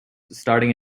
starting